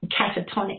catatonic